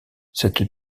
cette